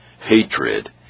Hatred